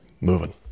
moving